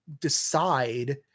decide